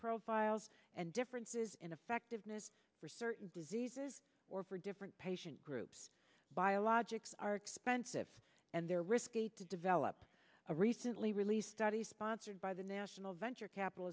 profiles and differences ineffectiveness for certain diseases or for different patient groups biologics are expensive and their risk eight to develop a recently released study sponsored by the national venture capital